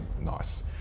nice